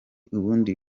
ubundi